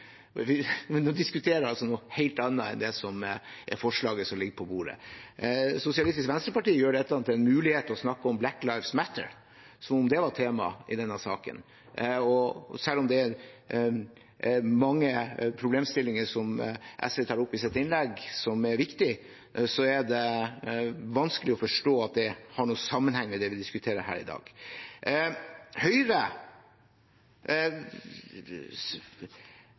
diskuterer noe helt annet enn forslaget som ligger på bordet. Sosialistisk Venstreparti gjør dette til en mulighet til å snakke om Black Lives Matter, som om det var tema i denne saken. Selv om det er mange problemstillinger SV tar opp i sitt innlegg som er viktige, er det vanskelig å forstå at det har noen sammenheng med det vi diskuterer her i dag. Høyre